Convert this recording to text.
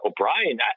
o'brien